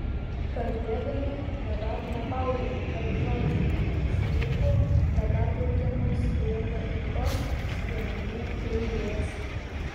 kalbėdami nedarome pauzių tarp žodžių iš lūpų nepertraukiamai sklinda ilgos skiemenų eilės